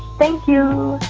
thank you